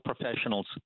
professionals